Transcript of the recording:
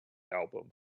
album